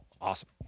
Awesome